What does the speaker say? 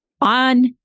on